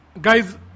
Guys